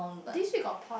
this week got pound